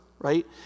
right